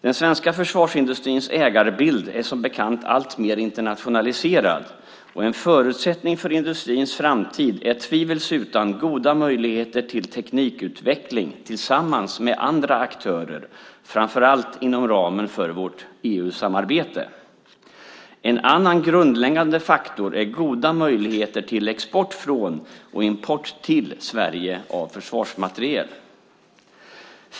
Den svenska försvarsindustrins ägarbild är som bekant alltmer internationaliserad, och en förutsättning för industrins framtid är tvivelsutan goda möjligheter till teknikutveckling tillsammans med andra aktörer, framför allt inom ramen för vårt EU-samarbete. En annan grundläggande faktor är goda möjligheter till export från och import till Sverige av försvarsmateriel.